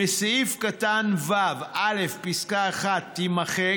(3) בסעיף קטן (ו) (א) פסקה (1) תימחק,